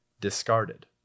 discarded